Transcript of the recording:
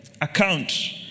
account